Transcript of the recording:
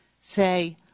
say